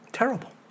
terrible